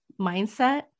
mindset